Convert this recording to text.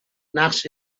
نقش